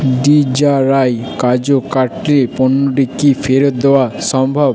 ডিজারাই কাজুু কাটলি পণ্যটি কি ফেরত দেওয়া সম্ভব